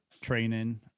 training